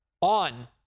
on